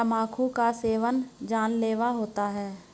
तंबाकू का सेवन जानलेवा होता है